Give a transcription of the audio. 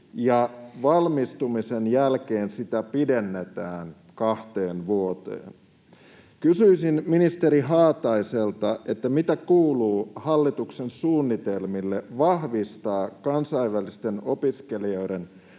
valmistumisen jälkeen sitä pidennetään kahteen vuoteen.” Kysyisin ministeri Haataiselta: mitä kuuluu hallituksen suunnitelmille kansainvälisten opiskelijoiden